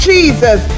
Jesus